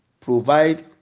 provide